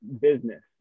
business